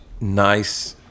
nice